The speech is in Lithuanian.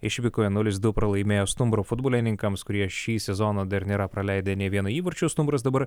išvykoje nulis du pralaimėjo stumbro futbolininkams kurie šį sezoną dar nėra praleidę nė vieno įvarčio stumbras dabar